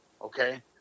okay